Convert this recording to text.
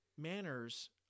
manners